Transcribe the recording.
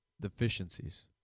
deficiencies